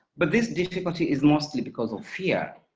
but this difficulty is mostly because of fear.